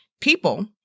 people